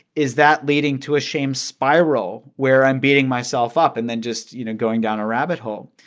is that leading to a shame spiral where i'm beating myself up and then just, you know, going down a rabbit hole?